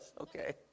okay